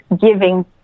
giving